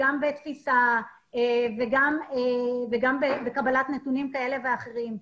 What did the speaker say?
גם בתפיסה וגם בקבלת נתונים כאלה ואחרים.